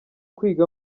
kwiga